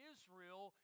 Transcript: Israel